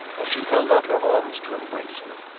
as she held out her arms to embrace me.